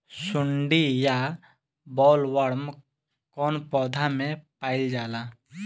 सुंडी या बॉलवर्म कौन पौधा में पाइल जाला?